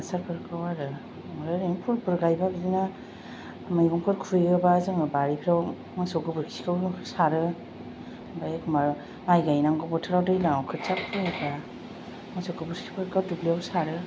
हासारफोरखौ आरो ओरैनो फुलफोर गायब्ला बिदिनो मैगंफोर खुबैयोबा जों बारिफोराव मोसौ गोबोरखिखौ सारो ओमफ्राय एखनबा माइ गायनांगौ बोथोराव दैज्लाङाव खोथिया फोयोबा मोसौ गोबोरखिफोरखौ दुब्लियाव सारो